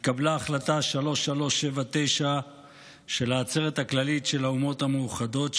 התקבלה החלטה 3379 של העצרת הכללית של האומות המאוחדות,